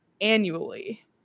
annually